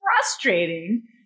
frustrating